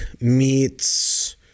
meets